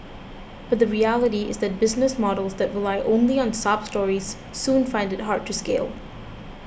but the reality is that business models that only rely on sob stories soon find it hard to scale